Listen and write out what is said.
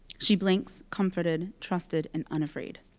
she blinks, comforted, trusted, and unafraid.